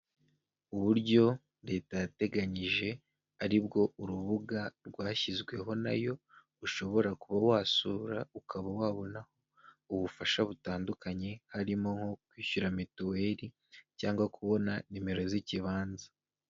Uburyo leta yateganyije ari bwo urubuga rwashyizweho na yo, ushobora kuba wasura ukaba wabonaho ubufasha butandukanye, harimo nko kwishyura mituweri cyangwa kubona nimero z'ikibanza.